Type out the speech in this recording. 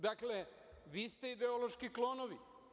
Dakle, vi ste ideološki klonovi.